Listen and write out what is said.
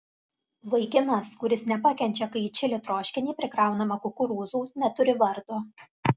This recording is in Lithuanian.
vaikinas kuris nepakenčia kai į čili troškinį prikraunama kukurūzų neturi vardo